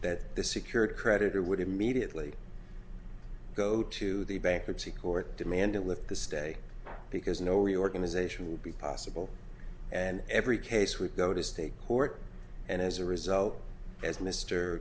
that the security creditor would immediately go to the bankruptcy court demand it with the stay because no reorganization would be possible and every case would go to state court and as a result as mr